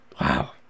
Wow